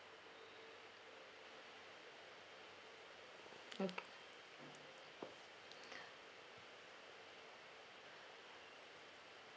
oh